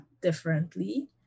differently